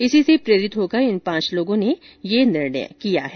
इसी से प्रेरित होकर इन पांच लोगों ने ये निर्णय किया है